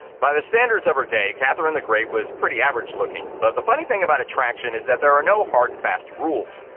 by the standards of her day, catherine the great was pretty average looking. but the funny thing about attraction is that there are no hard and fast rules.